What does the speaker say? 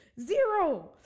Zero